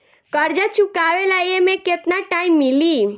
कर्जा चुकावे ला एमे केतना टाइम मिली?